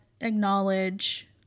acknowledge